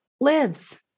lives